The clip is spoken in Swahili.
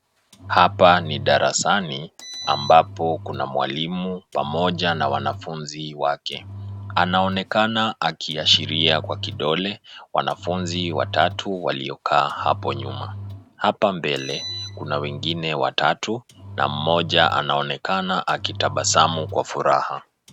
Hapa ni darasani ambapo kuna mwalimu pamoja na mwanafunzi wake. Anaonekana ikiashiria kwa kidole wanafunzi watatu waliokaa hapo nyuma. Hapa mbele kuna wengine watatu na mmoja anaonekana akitabasamu kwa furaha.